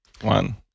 one